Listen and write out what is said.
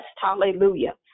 Hallelujah